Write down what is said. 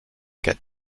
get